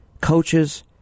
coaches